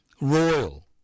Royal